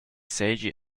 seigi